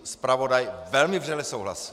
Zpravodaj velmi vřele souhlasí.